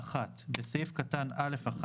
(1)בסעיף קטן (א)(1),